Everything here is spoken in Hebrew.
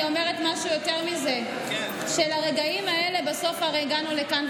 אני אומרת יותר מזה: בסוף הרי הגענו לכאן,